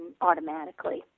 automatically